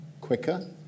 quicker